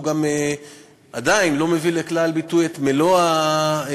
גם הוא עדיין לא מביא לידי ביטוי את מלוא הספקטרום,